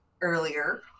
earlier